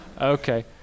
Okay